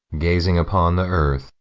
gazing upon the earth,